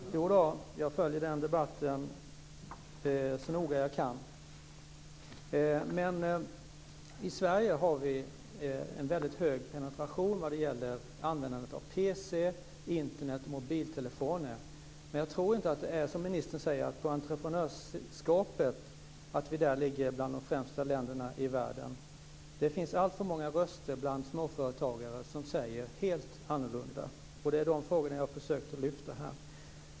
Fru talman! Jag följer den debatten så noga jag kan. I Sverige har vi en väldigt hög penetration när det gäller användandet av pc, Internet och mobiltelefoner. Men jag tror inte att det är som ministern säger att vi ligger bland de främsta länderna i världen när det gäller entreprenörskapet. Det finns alltför många röster bland småföretagare som säger helt annorlunda. Det är de frågorna jag har försökt att lyfta fram här.